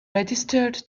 registered